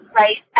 right